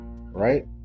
right